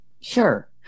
Sure